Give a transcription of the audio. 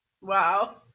Wow